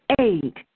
eight